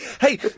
Hey